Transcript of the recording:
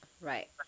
right